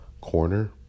corner